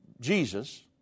Jesus